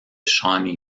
shawnee